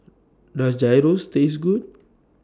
Does Gyros Taste Good